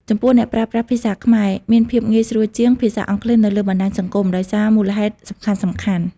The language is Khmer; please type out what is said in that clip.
ចំពោះអ្នកប្រើប្រាស់ភាសាខ្មែរ មានភាពងាយស្រួលជាង ភាសាអង់គ្លេសនៅលើបណ្ដាញសង្គម ដោយសារមូលហេតុសំខាន់ៗ។